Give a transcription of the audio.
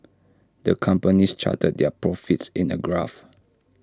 the company charted their profits in A graph